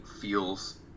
feels